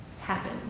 Happen